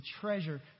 treasure